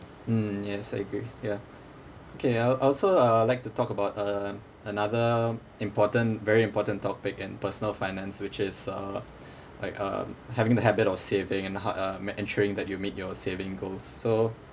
mm yes I agree ya okay I I also uh like to talk about uh another important very important topic in personal finance which is uh like uh having the habit of saving and ho~ uh me~ ensuring that you meet your saving goals so